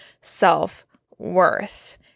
self-worth